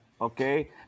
okay